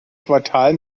quartal